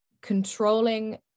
controlling